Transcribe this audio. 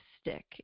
stick